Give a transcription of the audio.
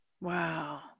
Wow